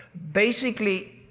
basically,